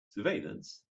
surveillance